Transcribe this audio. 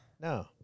No